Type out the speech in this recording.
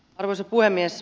arvoisa puhemies